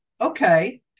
okay